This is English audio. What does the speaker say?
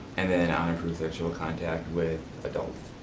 and then unapproved sexual contact with adults.